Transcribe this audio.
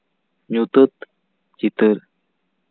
ᱧᱩᱛᱟᱹᱛ ᱪᱤᱛᱟᱹᱨ